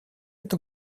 это